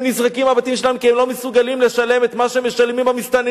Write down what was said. הם נזרקים מהבתים שלהם כי הם לא מסוגלים לשלם את מה שמשלמים המסתננים,